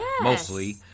mostly